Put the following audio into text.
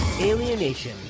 Alienation